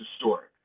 historic